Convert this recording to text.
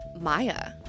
Maya